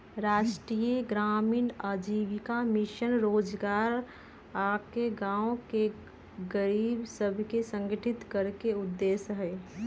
राष्ट्रीय ग्रामीण आजीविका मिशन स्वरोजगार आऽ गांव के गरीब सभके संगठित करेके उद्देश्य हइ